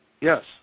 yes